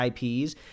IPs